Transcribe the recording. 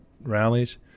rallies